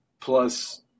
plus